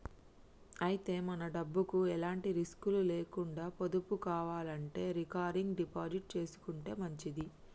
అయితే మన డబ్బుకు ఎలాంటి రిస్కులు లేకుండా పొదుపు కావాలంటే రికరింగ్ డిపాజిట్ చేసుకుంటే మంచిది